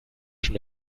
schon